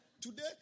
Today